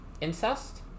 incest